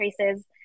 traces